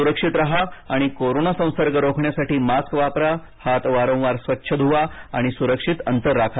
सुरक्षित राहा आणि कोरोना संसर्ग रोखण्यासाठी मास्क वापरा हात वारंवार स्वच्छ धुवा आणि सुरक्षित अंतर राखा